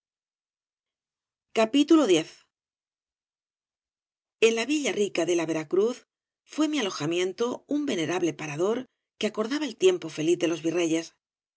debradomin nla villa rica de la veracruz fue mi alojamiento un venera ble parador que acordaba el tiempo feliz de los virreyes